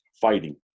fighting